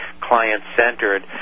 client-centered